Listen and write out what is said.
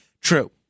true